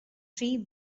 three